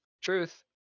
truth